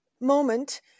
moment